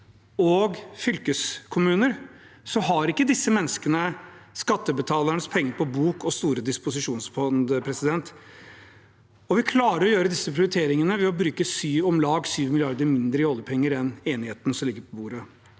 og fylkeskommunene har ikke disse menneskene skattebetalernes penger på bok og store disposisjonsfond. Vi klarer å gjøre disse prioriteringene ved å bruke om lag 7 mrd. kr mindre i oljepenger enn enigheten som ligger på bordet,